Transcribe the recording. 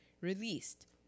Released